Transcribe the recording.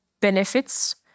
benefits